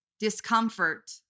Discomfort